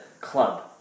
club